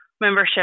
membership